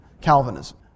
Calvinism